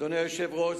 אדוני היושב-ראש,